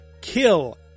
kill